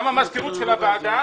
גם למזכירות של הוועדה.